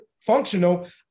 functional